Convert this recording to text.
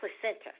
placenta